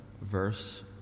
verse